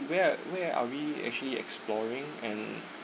where are where are we actually exploring and